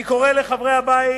אני קורא לחברי הבית